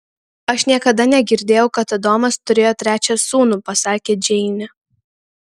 aš niekada negirdėjau kad adomas turėjo trečią sūnų pasakė džeinė